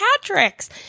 patrick's